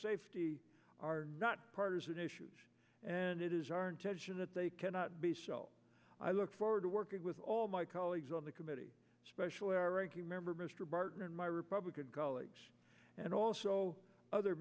safety are not partisan issues and it is our intention that they cannot be solved i look forward to working with all my colleagues on the committee specially our ranking member mr barton and my republican colleagues and also other